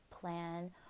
plan